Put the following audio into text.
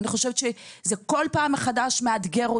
אני חושבת שכל פעם מחדש זה מאתגר אותנו,